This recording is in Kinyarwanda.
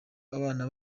abana